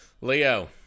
Leo